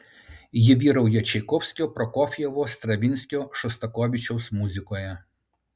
ji vyrauja čaikovskio prokofjevo stravinskio šostakovičiaus muzikoje